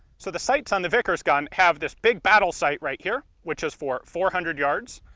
so the sights on the vickers gun have this big battle sight right here, which is for four hundred yards.